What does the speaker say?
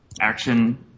action